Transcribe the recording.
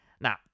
Now